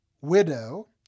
widow